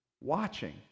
watching